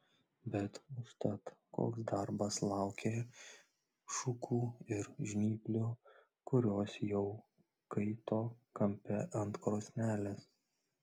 bet užtat koks darbas laukė šukų ir žnyplių kurios jau kaito kampe ant krosnelės